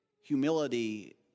humility